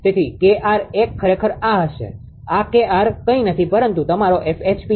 𝐾𝑟 1 ખરેખર આ હશે આ 𝐾𝑟 કંઇ નથી પરંતુ તમારો છે